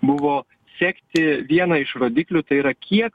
buvo sekti vieną iš rodiklių tai yra kiek